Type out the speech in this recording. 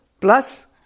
plus